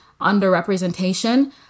underrepresentation